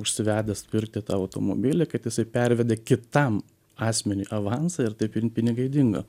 užsivedęs pirkti tą automobilį kad jisai pervedė kitam asmeniui avansą ir taip ir pinigai dingo